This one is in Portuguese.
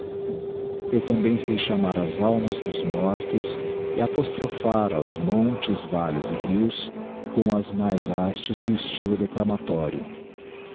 eu também sei chamar ns almas dos mortos e apostrophar aos montes valles e rios com as mais artes do estylo declamatório mas